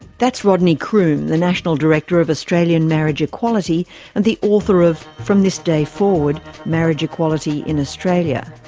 that's rodney croome, the national director of australian marriage equality and the author of from this day forward marriage equality in australia.